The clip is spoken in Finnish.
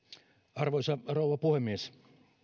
arvoisa rouva puhemies